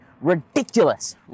ridiculous